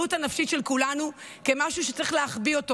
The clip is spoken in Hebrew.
ולבריאות הנפשית של כולנו כאל משהו שצריך להחביא אותו.